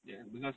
ya because